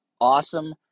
awesome